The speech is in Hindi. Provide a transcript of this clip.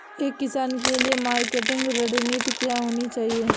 एक किसान के लिए मार्केटिंग रणनीति क्या होनी चाहिए?